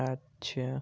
اچھا